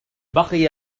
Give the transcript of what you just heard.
بقي